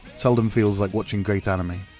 seldom feels like watching great anime.